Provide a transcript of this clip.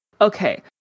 Okay